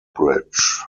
bridge